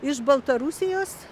iš baltarusijos